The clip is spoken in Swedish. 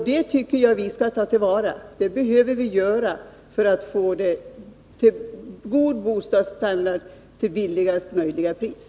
Det tycker jag att vi skall ta till vara. Det behöver vi göra för att få god bostadsstandard till billigaste möjliga pris.